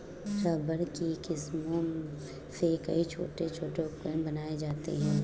rubber की किस्मों से कई छोटे छोटे उपकरण बनाये जाते हैं